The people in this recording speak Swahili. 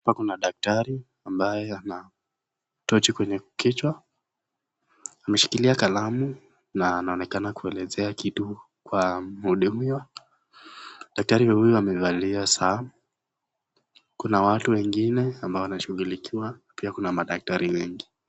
Hapa kuna daktari ambaye anaketi kwenye kichwa ameshikilia kalamu na anaonekana kuelezea kitu kwa mhudumiwa. Daktari huyo amevalia saa, kuna watu wengine ambao wanashughulikiwa pia kuna madaktari wengi.